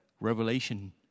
Revelation